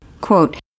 Quote